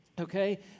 Okay